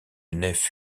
nef